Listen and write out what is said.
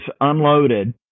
unloaded